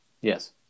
yes